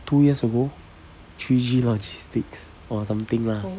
two years ago three G logistics or something lah